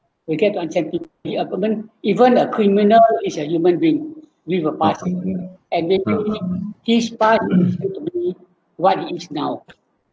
we get to understand pe~ he uh even a criminal is a human being live a part and maybe his part used to be what he is now